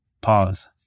pause